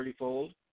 thirtyfold